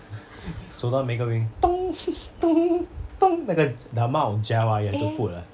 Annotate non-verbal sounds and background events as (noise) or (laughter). (laughs) 走到每个 wing (noise) (laughs) (noise) 那个 the amount of gel ah you have to put ah